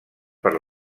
per